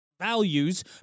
values